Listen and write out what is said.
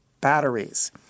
batteries